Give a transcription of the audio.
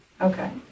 Okay